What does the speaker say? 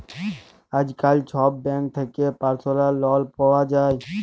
আইজকাল ছব ব্যাংক থ্যাকে পার্সলাল লল পাউয়া যায়